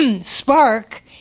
spark